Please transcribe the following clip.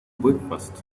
breakfast